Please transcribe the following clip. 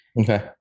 Okay